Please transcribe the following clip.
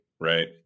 Right